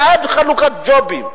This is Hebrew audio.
זה חלוקת ג'ובים.